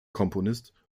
komponist